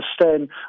understand